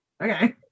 Okay